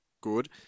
good